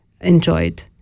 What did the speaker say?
enjoyed